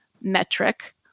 metric